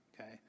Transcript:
okay